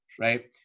right